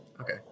Okay